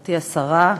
גברתי השרה,